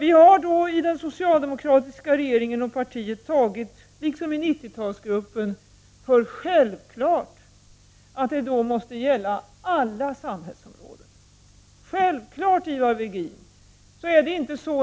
Inom den socialdemokratiska regeringen, det socialdemokratiska partiet och inom 90-talsgruppen har vi tagit för självklart att det då måste omfatta alla samhällsområden.